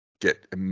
get